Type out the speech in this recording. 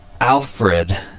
Alfred